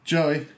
Joey